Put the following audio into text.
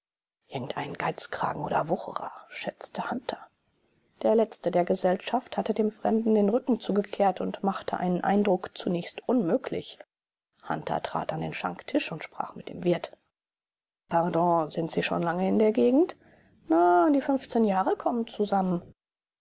irgendein geizkragen oder wucherer schätzte hunter der letzte der gesellschaft hatte dem fremden den rücken zugekehrt und machte einen eindruck zunächst unmöglich hunter trat an den schanktisch und sprach mit dem wirt pardon sind sie schon lange in der gegend na an die fünfzehn jahre kommen zusammen